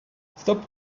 stop